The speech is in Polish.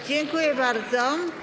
Dziękuję bardzo.